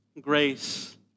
grace